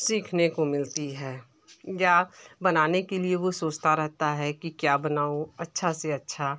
सीखने को मिलती है या बनाने के लिए वो सोचता रहता है कि क्या बनाऊँ अच्छा से अच्छा